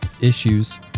Issues